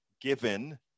given